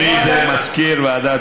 מי זה מזכיר ועדת,